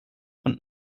und